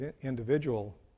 individual